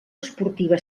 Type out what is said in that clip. esportiva